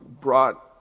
brought